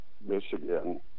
Michigan